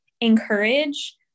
encourage